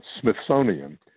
Smithsonian